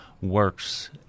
works